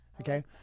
okay